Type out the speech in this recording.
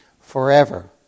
forever